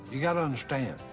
you gotta understand,